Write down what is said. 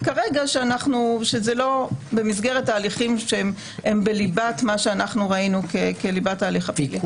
כרגע שזה לא במסגרת ההליכים שהם בליבת מה שראינו כליבת ההליך הפלילי.